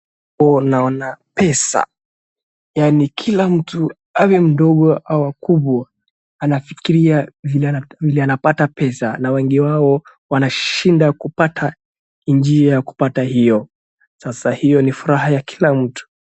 Huu naona pesa, yaani kila mtu awe mdogo au wakubwa anafikiria vile anapata pesa na wengi wao wanashindwa njia ya kupata hiyo, sasa hiyo ni furaha ya kila mtu.